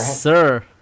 sir